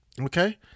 Okay